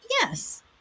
yes